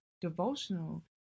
devotional